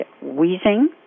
wheezing